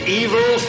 evil